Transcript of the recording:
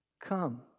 come